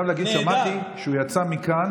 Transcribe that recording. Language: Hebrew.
שמעתי שהוא יצא מכאן,